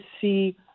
see